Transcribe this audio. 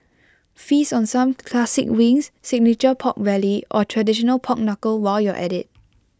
feast on some classic wings signature Pork Belly or traditional pork Knuckle while you're at IT